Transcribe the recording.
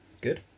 Good